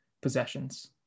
possessions